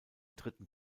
dritten